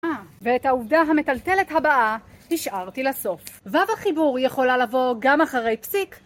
אה, ואת העובדה המטלטלת הבאה, השארתי לסוף. וו החיבור יכולה לבוא גם אחרי פסיק